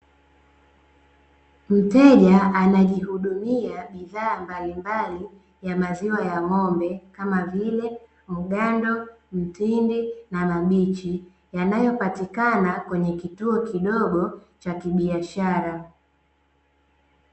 Mteja anajihudumia bidhaa mbalimbali ya maziwa ya ng'ombe kama vile mgando, mtindi, na mabichi yanayo patikana kwenye kituo kidogo cha kibiashara.